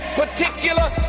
particular